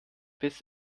biss